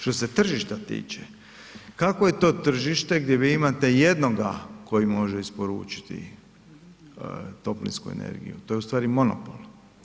Što se tržišta tiče, kakvo je to tržište gdje ci ma imate jednoga koji može isporučiti toplinsku energiju, to je ustvari monopol.